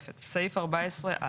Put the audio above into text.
(סעיף 14א)